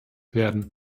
werden